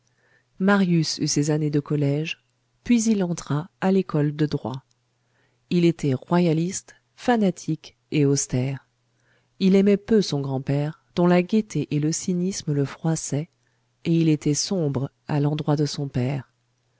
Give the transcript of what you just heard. marius eut ses années de collège puis il entra à l'école de droit il était royaliste fanatique et austère il aimait peu son grand-père dont la gaîté et le cynisme le froissaient et il était sombre à l'endroit de son père